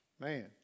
Man